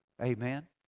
Amen